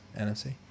NFC